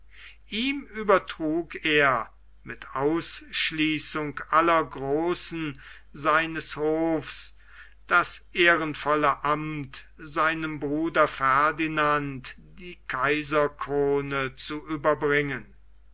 ihm übertrug er mit ausschließung aller großen seines hofs das ehrenvolle amt seinem bruder ferdinand die kaiserkrone zu überbringen